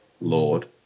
lord